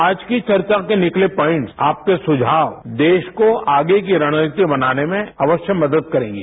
आज की चर्चा के निकले पॉइंटस आपके सुझाव देश को आगे की रणनीति बनानेमें अवश्य मदद करेंगे